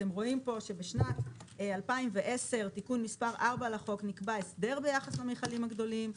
אתם רואים שבשנת 2010 בתיקון מס' 4 לחוק נקבע הסדר ביחס למכלים הגדולים,